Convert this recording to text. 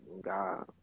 god